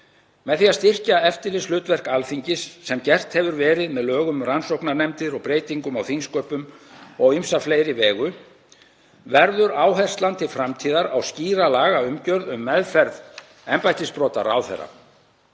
Með því að styrkja eftirlitshlutverk Alþingis, sem gert hefur verið með lögum um rannsóknarnefndir og breytingum á þingsköpum og á ýmsa fleiri vegu, verður áherslan til framtíðar á skýra lagaumgjörð um meðferð embættisbrota ráðherra.